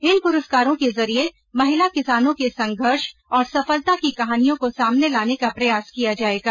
इन पुरस्कारों के जरिए महिला किसानों के संघर्ष और सफलता की कहानियों को सामने लाने का प्रयास किया जाएगा